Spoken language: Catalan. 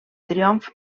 triomf